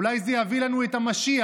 אולי זה יביא לנו את המשיח?